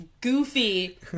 Goofy